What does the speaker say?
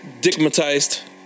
Digmatized